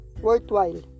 worthwhile